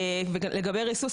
לגבי ריסוס,